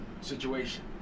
situation